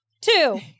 two